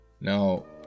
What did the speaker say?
now